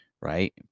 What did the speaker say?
right